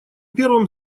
первом